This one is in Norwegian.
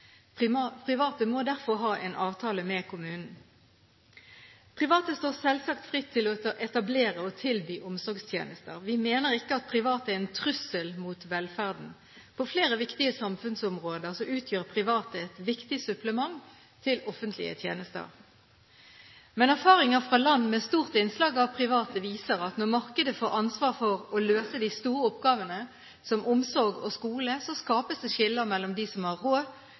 dette. Private må derfor ha en avtale med kommunen. Private står selvsagt fritt til å etablere og tilby omsorgstjenester. Vi mener ikke at private er en trussel mot velferden. På flere viktige samfunnsområder utgjør private et viktig supplement til offentlige tjenester, men erfaringer fra land med stort innslag av private viser at når markedet får ansvar for å løse de store oppgavene, som omsorg og skole, skapes det skiller mellom dem som har råd